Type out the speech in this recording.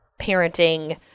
parenting